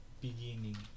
Beginning